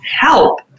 help